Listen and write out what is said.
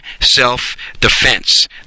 self-defense